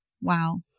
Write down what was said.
Wow